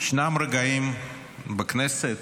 ישנם רגעים בכנסת,